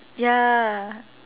ya